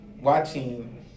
watching